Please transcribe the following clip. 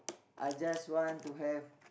I just want to have